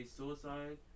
suicide